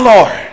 Lord